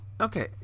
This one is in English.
Okay